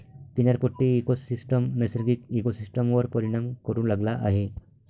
किनारपट्टी इकोसिस्टम नैसर्गिक इकोसिस्टमवर परिणाम करू लागला आहे